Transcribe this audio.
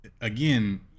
Again